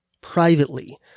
privately